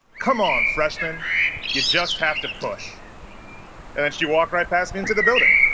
come on freshmen you just have to push and and she walked right past me into the building